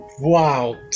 wow